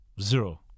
Zero